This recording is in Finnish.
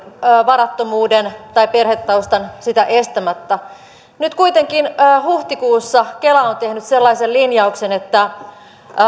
varattomuuden tai perhetaustan sitä estämättä nyt kuitenkin huhtikuussa kela on on tehnyt sellaisen linjauksen että